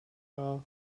are